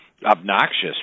obnoxious